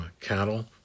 cattle